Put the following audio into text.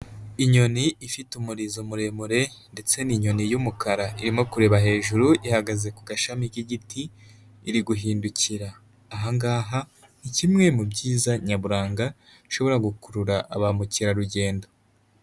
Inyoni ifite umurizo muremure ndetse n'inyoni y'umukara irimo kureba hejuru, ihagaze ku gashami k'igiti iri guhindukira. Aha ngaha ni kimwe mu byiza nyaburanga bishobora gukurura ba mukerarugendo.